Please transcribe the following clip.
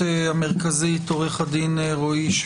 אני מזכיר שאנחנו עוסקים בהצעת חוק מטעם הוועדה שתובא לקריאה הראשונה.